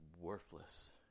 worthless